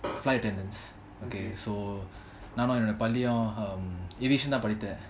flight attendants okay so நாணனும் என்னோட பள்ளியும்:naannum ennoda palliyum aviation தான் படிச்சான்:thaan padichan